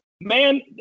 Man